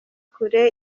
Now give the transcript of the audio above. kure